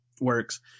works